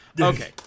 Okay